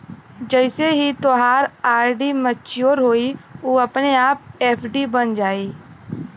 जइसे ही तोहार आर.डी मच्योर होइ उ अपने आप एफ.डी बन जाइ